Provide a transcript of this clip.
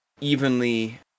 evenly